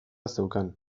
zeukan